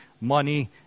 money